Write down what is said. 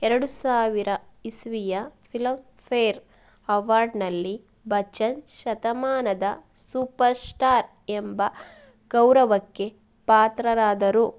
ಎರಡು ಸಾವಿರ ಇಸವಿಯ ಫಿಲಮ್ ಫೇರ್ ಅವಾರ್ಡ್ಸ್ನಲ್ಲಿ ಬಚ್ಚನ್ ಶತಮಾನದ ಸೂಪರ್ ಸ್ಟಾರ್ ಎಂಬ ಗೌರವಕ್ಕೆ ಪಾತ್ರರಾದರು